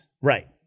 Right